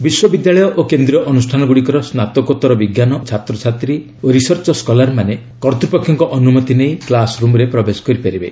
ବିଶ୍ୱବିଦ୍ୟାଳୟ ଓ କେନ୍ଦ୍ରୀୟ ଅନୁଷ୍ଠାନଗୁଡ଼ିକର ସ୍ନାତକୋତ୍ତର ବିଜ୍ଞାନ ଛାତ୍ରଛାତ୍ରୀ ଓ ରିସର୍ଚ୍ଚ ସ୍କଲାର୍ମାନେ କର୍ତ୍ତୃପକ୍ଷଙ୍କ ଅନୁମତି ନେଇ କ୍ଲସ୍ ରୁମ୍ରେ ପ୍ରବେଶ କରିପାରିବେ